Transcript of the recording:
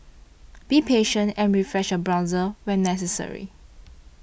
be patient and refresh your browser when necessary